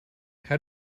how